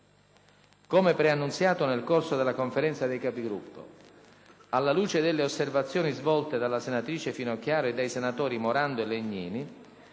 come preannunciato nel corso della Conferenza dei Capigruppo, alla luce delle osservazioni svolte dalla senatrice Finocchiaro e dai senatori Morando e Legnini,